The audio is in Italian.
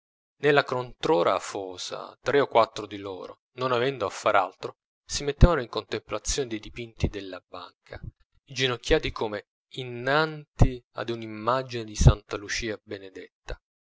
nella controra afosa tre o quattro di loro non avendo a far altro si mettevano in contemplazione dei dipinti della banca inginocchiati come innanti ad una immagine di santa lucia benedetta